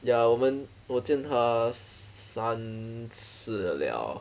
ya 我们我见她三次了 liao